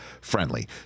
friendly